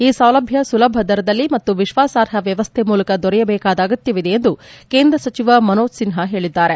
ಈ ಸೌಲಭ್ಯ ಸುಲಭ ದರದಲ್ಲಿ ಮತ್ತು ವಿಶ್ವಾಸಾರ್ಹ ವ್ಯವಸ್ಥೆಯ ಮೂಲಕ ದೊರೆಯಬೇಕಾದ ಅಗತ್ಯವಿದೆ ಎಂದು ಕೇಂದ್ರ ಸಚಿವ ಮನೋಜ್ ಸಿನ್ಹಾ ಹೇಳಿದ್ದಾರೆ